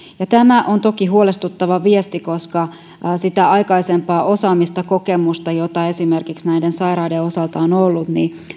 ja tämä on toki huolestuttava viesti koska sitä aikaisempaa osaamista kokemusta jota esimerkiksi näiden sairaiden osalta on ollut